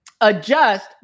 adjust